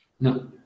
No